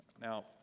Now